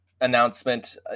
announcement